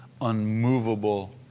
unmovable